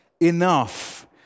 enough